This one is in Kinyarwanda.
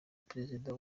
perezida